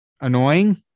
Annoying